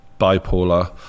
bipolar